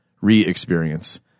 Re-experience